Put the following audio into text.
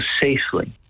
safely